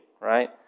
right